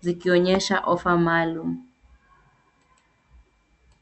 zikionyesha ofa maalum.